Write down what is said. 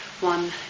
one